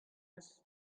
eus